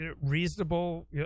reasonable